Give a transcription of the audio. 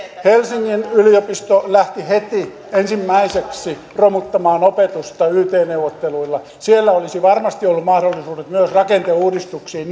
helsingin yliopisto lähti heti ensimmäiseksi romuttamaan opetusta yt neuvotteluilla siellä niin isossa yliopistossa olisi varmasti ollut mahdollisuudet myös rakenneuudistuksiin